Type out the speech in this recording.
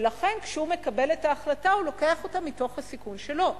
ולכן כשהוא מקבל את ההחלטה הוא לוקח אותה מתוך הסיכון שלו.